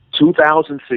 2006